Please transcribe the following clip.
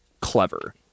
clever